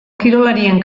kirolarien